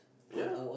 ya